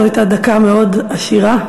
זו הייתה דקה מאוד עשירה.